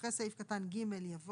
שירות אזרחי 3. (3) אחרי סעיף קטן (ג) יבוא